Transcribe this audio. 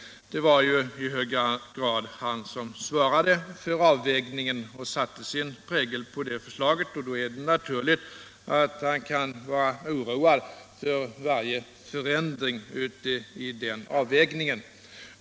Det var ju i hög grad herr Sträng som svarade för den avvägningen och satte sin prägel på förslaget, och då är det naturligt att han kan vara oroad för varje förändring i avvägningen.